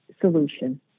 solution